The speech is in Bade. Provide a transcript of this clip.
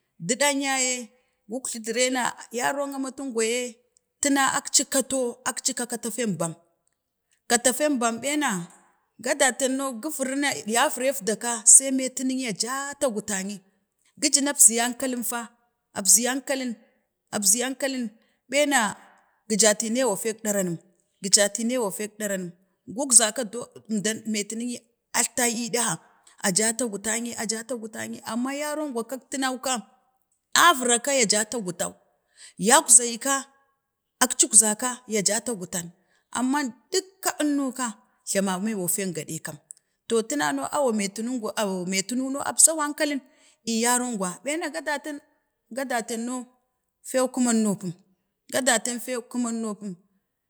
da ɗa ya ye gukglu dure na yaron amtingwaye tina akci kato akci ka kato fen bam, kato fembam ɓena ga daten na gifuru ya viref da ka sai miyetki a jatek gutani gijina abzi ankalin fa, abzi ankalin, abzi ankalu ɓena gi jatinewa fik ɗara nem, gi jatinewa fik ɗara nəm, gugzaka do məyatini ylata gid ha a jatak gutanyi, ajatak gutanyi, amma yaron gwa kak tuna ka avira ka ya jata gutan yakzayi ka akcik zayka ya jata gutuw, amma dukka ənnom ka jlamamewa fingaɗen kan, to tinano awa miyettu no oh abzawa ankalu əə yaron gwa bena ga daten, ga daten no faw kəman no pum, ga daten few kuman no fum.